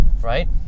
right